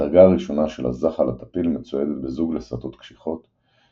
הדרגה הראשונה של הזחל הטפיל מצוידת בזוג לסתות קשיחות,